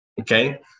Okay